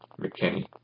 McKinney